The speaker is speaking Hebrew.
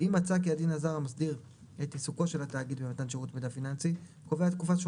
אם מצא כי הדין הזר המסדיר את עיסוקו של התאגיד במתן שירות מידע